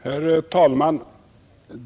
Herr talman!